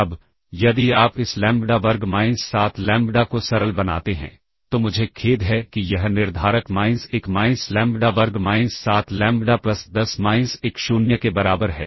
अब यदि आप इस लैम्ब्डा वर्ग माइनस 7 लैम्ब्डा को सरल बनाते हैं तो मुझे खेद है कि यह निर्धारक माइनस 1 माइनस लैम्ब्डा वर्ग माइनस 7 लैम्ब्डा प्लस 10 माइनस 1 0 के बराबर है